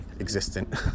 existent